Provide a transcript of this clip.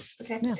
Okay